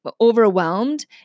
overwhelmed